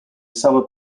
summer